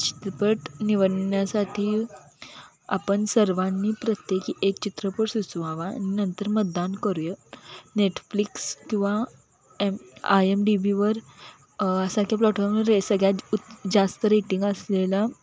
चित्रपट निवडण्यासाठी आपण सर्वांनी प्रत्येकी एक चित्रपट सुचवावा नंतर मतदान करूया नेटफ्लिक्स किंवा एम आय एम डी बीवर सारख्या रे सगळ्यात उ जास्त रेटिंग असलेला